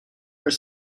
are